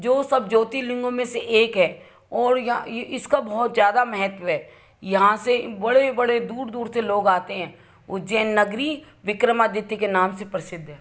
जो सब ज्योतिर्लिंगों में से एक है और यां ई इसका बहुत ज़्यादा महत्त्व है यहाँ से बड़े बड़े दूर दूर से लोग आते हैं उज्जैन नगरी विक्रमादित्य के नाम से प्रसिद्ध है